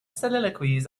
soliloquies